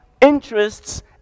interests